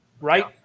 right